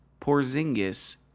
Porzingis